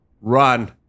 run